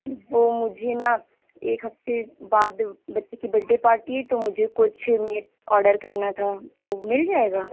وہ مجھے نا ایک ہفتے بعد بچے کی برتھ ڈے پارٹی ہے تو مجھے کچھ میٹ آڈر کرنا تھا تو مل جائے گا